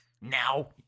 now